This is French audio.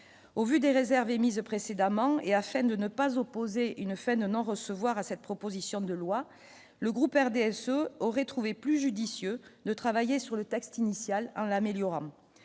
au vu des réserves émises précédemment et afin de ne pas opposer une fin de non-recevoir à cette proposition de loi, le groupe RDSE aurait trouvé plus judicieux de travailler sur le texte initial en l'améliorant,